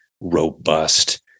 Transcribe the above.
robust